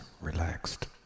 relaxed